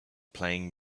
playing